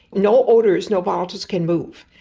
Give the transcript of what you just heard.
no odours, no volatiles can move.